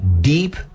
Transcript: deep